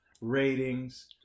ratings